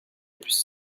puisse